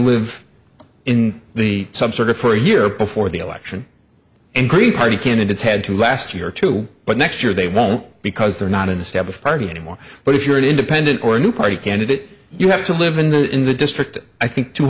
live in the some sort of for a year before the election and green party candidates had to last year or two but next year they won't because they're not an established party anymore but if you're an independent or a new party candidate you have to live in the in the district i think two